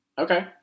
Okay